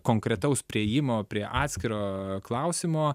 konkretaus priėjimo prie atskiro klausimo